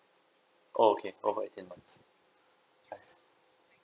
oh over eighteen months